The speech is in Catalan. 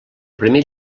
primer